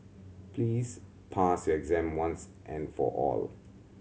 please pass your exam once and for all